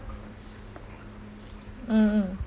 mm mm